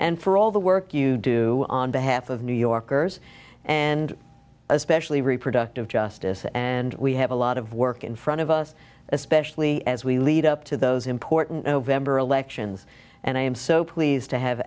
and for all the work you do on behalf of new yorkers and especially reproductive justice and we have a lot of work in front of us especially as we lead up to those important november elections and i am so pleased to have